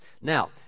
Now